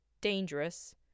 dangerous